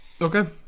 Okay